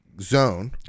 Zone